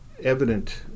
evident